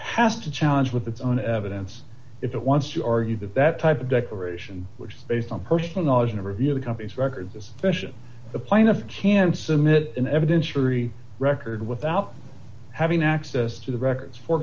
has to challenge with its own evidence if it wants to argue that that type of declaration which is based on personal knowledge never via the company's records especially the plaintiff can sum it in evidence for e record without having access to the records for